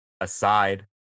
aside